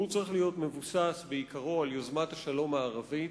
והוא צריך להיות מבוסס בעיקרו על יוזמת השלום הערבית,